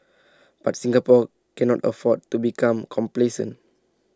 but Singapore cannot afford to become complacent